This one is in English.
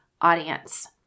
audience